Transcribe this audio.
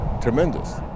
Tremendous